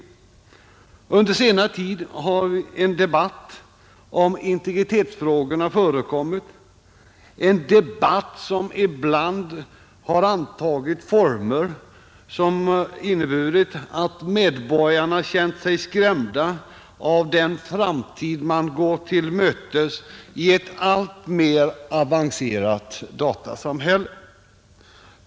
Under senare tid har en debatt om integritetsfrågorna förekommit, en debatt som ibland antagit former som inneburit att medborgarna känt sig skrämda av den framtid man går till mötes i ett alltmer avancerat datasamhälle.